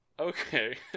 Okay